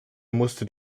musste